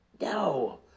No